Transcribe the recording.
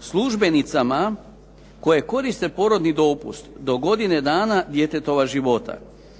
službenicama koje koriste porodni dopust do godine dana djetetova života.